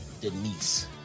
Denise